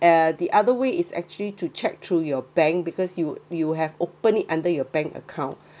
uh the other way is actually to check through your bank because you you have open it under your bank account